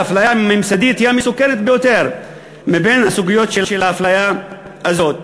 האפליה הממסדית היא המסוכנת ביותר מבין הסוגיות של האפליה הזאת.